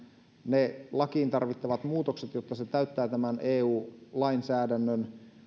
ne lakiin tarvittavat muutokset jotta se täyttää tämän eu lainsäädännön